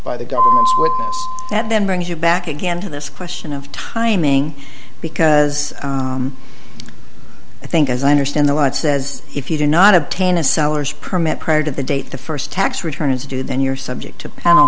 by the guy and then brings you back again to this question of timing because i think as i understand the lot says if you do not obtain a seller's permit prior to the date the st tax return is due then you're subject to p